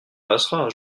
passera